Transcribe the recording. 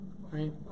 Right